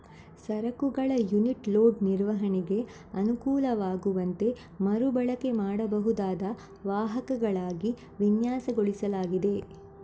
ಸರಕುಗಳ unit load ನಿರ್ವಹಣೆಗೆ ಅನುಕೂಲವಾಗುವಂತೆ ಮರು ಬಳಕೆ ಮಾಡಬಹುದಾದ ವಾಹಕಗಳಾಗಿ ವಿನ್ಯಾಸಗೊಳಿಸಲಾಗಿದೆ